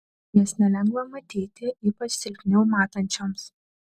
jas nelengva matyti ypač silpniau matančioms